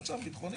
ביטחונית.